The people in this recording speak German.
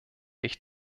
ich